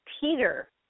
Peter